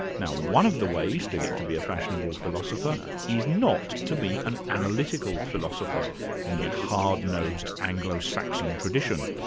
now one of the ways to get to be a fashionable philosopher is not to be an analytical philosopher in the hardnosed, anglo saxon tradition,